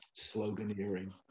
sloganeering